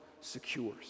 secures